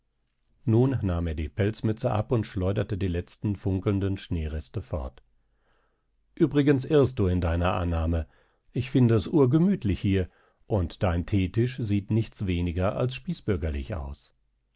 nun nahm er die pelzmütze ab und schleuderte die letzten funkelnden schneereste fort uebrigens irrst du in deiner annahme ich finde es urgemütlich hier und dein theetisch sieht nichts weniger als spießbürgerlich aus